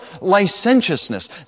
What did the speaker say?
licentiousness